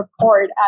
report